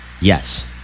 Yes